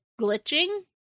glitching